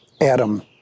Adam